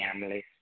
families